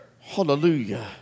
Hallelujah